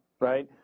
right